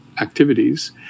activities